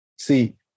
See